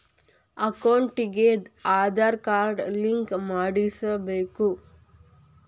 ಅಕೌಂಟಿಗೆ Aadhaar card link ಮಾಡಿಸಬೇಕು?